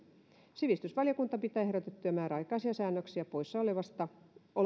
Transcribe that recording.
sivistysvaliokunta pitää ehdotettuja määräaikaisia säännöksiä poissaolosta